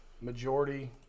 majority